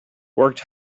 worked